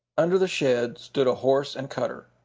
under the shed stood a horse and cutter.